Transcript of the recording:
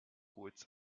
kurz